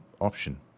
option